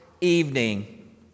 evening